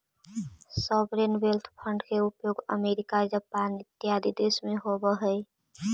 sovereign wealth fund के उपयोग America Japan इत्यादि देश में होवऽ हई